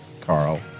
Carl